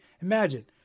Imagine